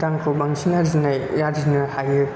रांखौ बांसिन आरजिनाय आरजिनो हायो